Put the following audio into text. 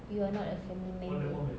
you are not a family member